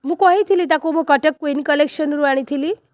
ମୁଁ କହିଥିଲି ତାକୁ ମୁଁ କଟକ କୁଇନ୍ କଲେକ୍ସନ୍ରୁ ଆଣିଥିଲି